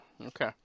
okay